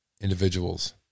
individuals